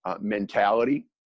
mentality